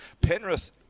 Penrith